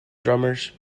drummers